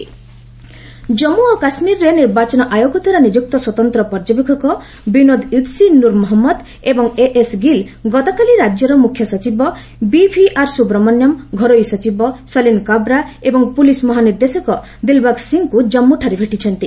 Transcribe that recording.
EC observers Jammu Jammu ଓ କାଶ୍ମୀରରେ ନିର୍ବାଚନ ଆୟୋଗଦ୍ୱାରା ନିଯୁକ୍ତ ସ୍ୱତନ୍ତ୍ର ପର୍ଯ୍ୟବେକ୍ଷକ ବିନୋଦ ଯୁଦ୍ସି ନୁର୍ ମହଞ୍ଜଦ ଏବଂ ଏଏସ୍ ଗିଲ୍ ଗତକାଲି ରାଜ୍ୟର ମୁଖ୍ୟସଚିବ ବିଭିଆର୍ ସୁବ୍ରମଣ୍ୟମ୍ ଘରୋଇ ସଚିବ ସଲିନ୍ କାବ୍ରା ଏବଂ ପୁଲିସ୍ ମହାନିର୍ଦ୍ଦେଶକ ଦିଲ୍ବାଗ ସିଂଙ୍କୁ କାମ୍ମୁଠାରେ ଭେଟିଛନ୍ତି